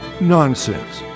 Nonsense